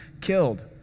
killed